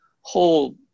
whole